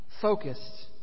focused